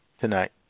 tonight